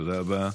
תודה רבה.